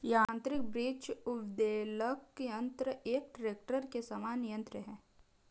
यान्त्रिक वृक्ष उद्वेलक यन्त्र एक ट्रेक्टर के समान यन्त्र है